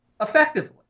effectively